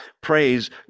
Praise